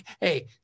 Hey